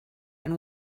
and